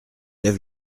lève